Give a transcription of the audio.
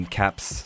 caps